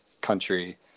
country